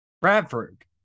Bradford